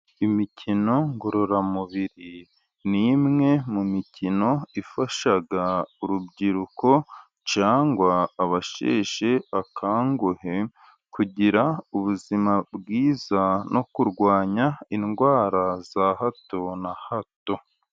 Imikino ngororamubiri ni imwe mu mikino ifasha urubyiruko cyangwa abasheshe bakanguhe, kugira ubuzima bwiza no kurwanya indwara za hato na hato.